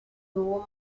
hubo